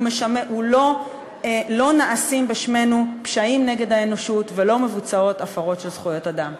לא נעשים בשמנו פשעים נגד האנושות ולא מבוצעות הפרות של זכויות אדם.